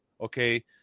Okay